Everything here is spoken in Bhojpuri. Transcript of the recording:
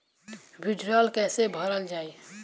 वीडरौल कैसे भरल जाइ?